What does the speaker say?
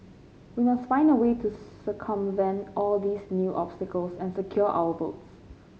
we must find a way to circumvent all these new obstacles and secure our votes